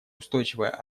устойчивая